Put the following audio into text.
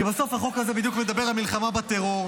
כי בסוף החוק הזה בדיוק מדבר על מלחמה בטרור,